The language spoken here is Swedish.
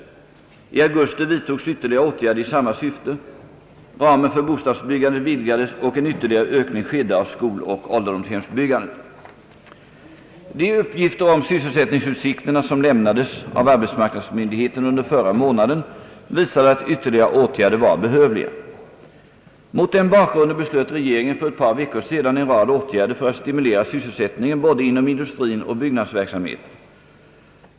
I augusti vidtogs ytterligare åtgärder i samma syfte, Ramen för bostadsbyggandet vidgades och en ytterligare ökning skedde av skoloch ålderdomshemsbyggandet. De uppgifter om sysselsättningsutsikterna som lämnades av arbetsmarknadsmyndigheterna under förra månaden visade att ytterligare åtgärder var behövliga. Mot den bakgrunden beslöt regeringen för ett par veckor sedan en rad åtgärder för att stimulera sysselsättningen inom både industrin och byggnadsverksamheten.